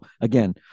again